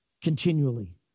continually